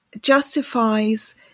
justifies